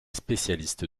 spécialiste